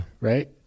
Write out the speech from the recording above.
Right